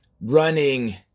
running